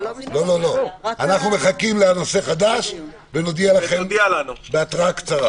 אנחנו מחכים לנושא חדש ונודיע לכם בהתראה קצרה,